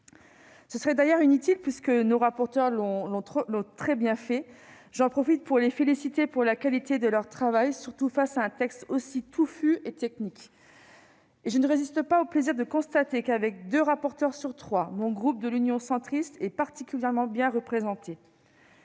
Ce serait d'ailleurs inutile, puisque nos rapporteurs l'ont très bien fait. J'en profite pour les féliciter de la qualité de leur travail, surtout face à un texte aussi touffu et technique. Et je ne résiste pas au plaisir de constater qu'avec deux rapporteurs sur trois, mon groupe, l'Union Centriste, est particulièrement bien représenté.